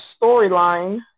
storyline